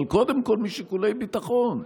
אבל קודם כול משיקולי ביטחון,